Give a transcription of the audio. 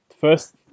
first